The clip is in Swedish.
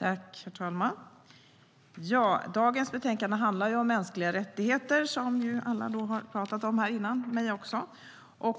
Herr talman! Dagens betänkande handlar om mänskliga rättigheter som alla här har pratat om före mig och jag också.